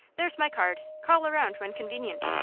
there's my card. call around when convenient.